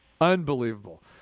Unbelievable